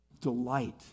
delight